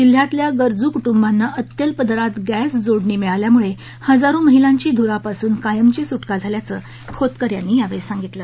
जिल्ह्यातल्या गरजू कुटुंबांना अत्यल्प दरात गस्तीजोडणी मिळाल्यामुळे हजारो महिलांची धुरापासून कायमची सुटका झाल्याचं खोतकर यांनी या वेळी सांगितलं